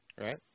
right